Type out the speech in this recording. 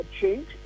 change